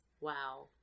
Wow